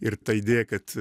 ir ta idėja kad